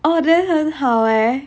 oh then 很好 eh